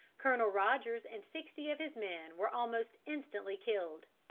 colonel rogers and sixty of his men were almost instantly killed.